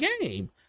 game